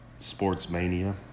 Sportsmania